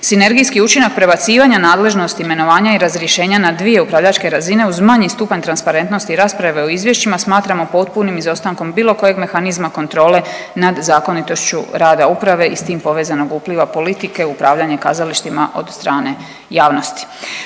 Sinergijski učinak prebacivanja nadležnosti imenovanja i razrješenja na dvije upravljačke razine uz manji stupanj transparentnosti rasprave o izvješćima smatramo potpunim izostankom bilo kojeg mehanizma kontrole nad zakonitošću rada uprave i s tim povezanog upliva politike, upravljanje kazalištima od strane javnosti.